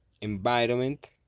environment